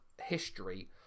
history